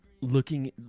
looking